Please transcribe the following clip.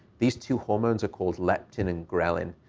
these two hormones are called leptin and ghrelin.